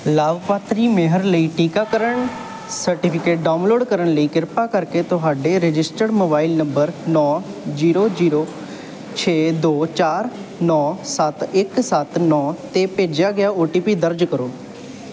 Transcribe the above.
ਲਾਭਪਾਤਰੀ ਮੇਹਰ ਲਈ ਟੀਕਾਕਰਨ ਸਰਟੀਫਿਕੇਟ ਡਾਊਨਲੋਡ ਕਰਨ ਲਈ ਕਿਰਪਾ ਕਰਕੇ ਤੁਹਾਡੇ ਰਜਿਸਟਰਡ ਮੋਬਾਈਲ ਨੰਬਰ ਨੌ ਜ਼ੀਰੋ ਜ਼ੀਰੋ ਛੇ ਦੋ ਚਾਰ ਨੌ ਸੱਤ ਇੱਕ ਸੱਤ ਨੌ 'ਤੇ ਭੇਜਿਆ ਗਿਆ ਓ ਟੀ ਪੀ ਦਰਜ ਕਰੋ